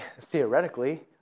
theoretically